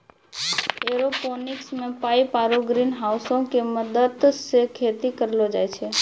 aeroponics मे pipe आरु ग्रीनहाउसो के मदत से खेती करलो जाय छै